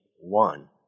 one